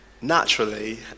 Naturally